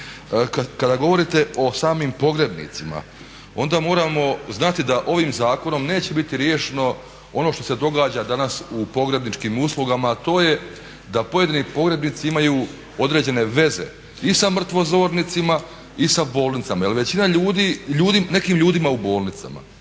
Kada govorite o samim pogrebnicima onda moramo znati da ovim zakonom neće biti riješeno ono što se događa danas u pogrebničkim uslugama a to je da pojedini pogrebnici imaju određene veze i sa mrtvozornicima i sa bolnicama jer većina ljudi, nekim ljudima u bolnicama